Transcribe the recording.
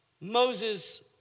Moses